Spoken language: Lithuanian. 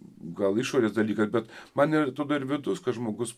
gal išorės dalykas bet man ir atrodo ir vidus kad žmogus